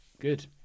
Good